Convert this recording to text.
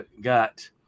got